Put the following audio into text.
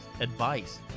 advice